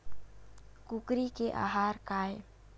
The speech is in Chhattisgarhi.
कुकरी के आहार काय?